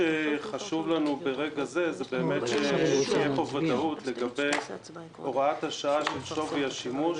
חשוב לנו ברגע זה שתהיה פה ודאות לגבי הוראת השעה של שווי השימוש.